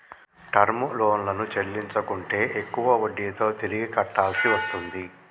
term లోన్లను చెల్లించకుంటే ఎక్కువ వడ్డీతో తిరిగి కట్టాల్సి వస్తుంది